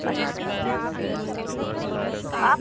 अच्छा ठीक है तो आप